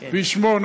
בשמו.